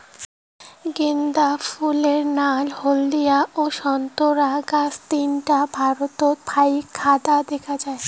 গ্যান্দা ফুলের নাল, হলদিয়া ও সোন্তোরা গাব তিনটায় ভারতত ফাইক দ্যাখ্যা যায়